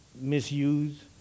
misuse